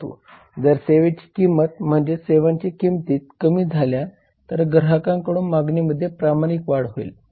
परंतु जर सेवेची किंमत म्हणजेच सेवांच्या किंमती कमी झाल्या तर ग्राहकांकडून मागणीमध्ये प्रमाणिक वाढ होईल